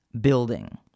Building